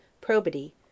probity